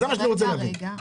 רגע,